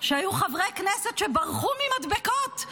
שהיו חברי כנסת שברחו ממדבקות?